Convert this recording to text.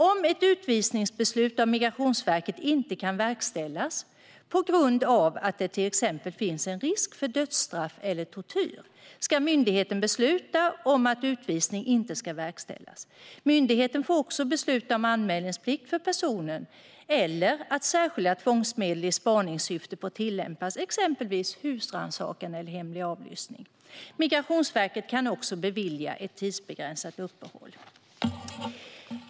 Om ett utvisningsbeslut från Migrationsverket inte kan verkställas på grund av att det till exempel finns risk för dödsstraff eller tortyr ska myndigheten besluta om att utvisning inte ska verkställas. Myndigheten får också besluta om anmälningsplikt för personen eller att särskilda tvångsmedel i spaningssyfte får tillämpas, exempelvis husrannsakan eller hemlig avlyssning. Migrationsverket kan också bevilja ett tidsbegränsat uppehåll.